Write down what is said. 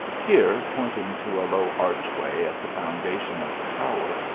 here, pointing to a low archway at the foundation of the tower,